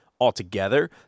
altogether